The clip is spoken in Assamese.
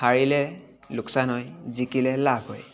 হাৰিলে লোকচান হয় জিকিলে লাভ হয়